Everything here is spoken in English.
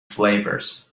flavors